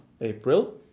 April